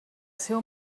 seu